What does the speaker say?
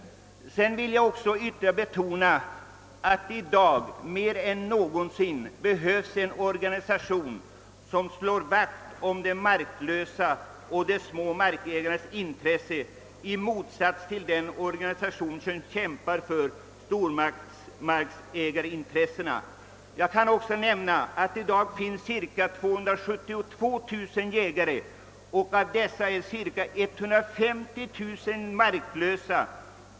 Jag vill ytterligare betona att det i dag mer än någonsin behövs en organisation som slår vakt om de marklösas och de små markägarnas intressen, i motsats till den organisation som käm par för att tillgodose de stora markägarnas intressen. Jag kan också nämna att det i dag finns cirka 272 000 jägare, och av dessa är cirka 150 000 marklösa.